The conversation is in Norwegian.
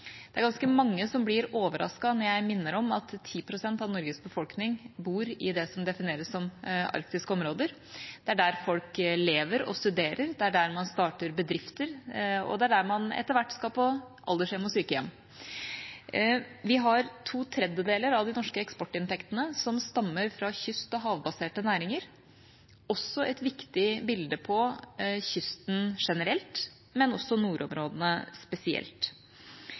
Det er ganske mange som blir overrasket når jeg minner om at 10 pst. av Norges befolkning bor i det som defineres som arktiske områder. Det er der folk lever og studerer, det er der man starter bedrifter, og det er der man etter hvert skal på aldershjem og sykehjem. To tredjedeler av de norske eksportinntektene stammer fra kyst- og havbaserte næringer – også et viktig bilde på kysten generelt, men på nordområdene spesielt.